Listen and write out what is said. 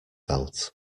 felt